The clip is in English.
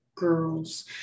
Girls